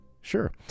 Sure